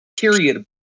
period